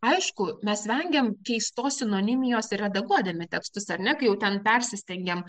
aišku mes vengiam keistos sinonimijos ir redaguodami tekstus ar ne kai jau ten persistengiam